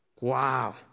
wow